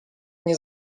nie